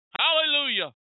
Hallelujah